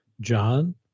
John